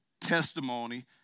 testimony